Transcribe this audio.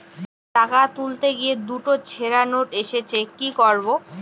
টাকা তুলতে গিয়ে দুটো ছেড়া নোট এসেছে কি করবো?